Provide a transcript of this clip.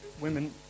women